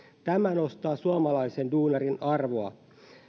tämä nostaa suomalaisen duunarin arvoa